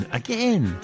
again